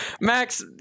Max